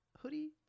hoodie